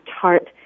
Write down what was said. tart